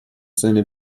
seine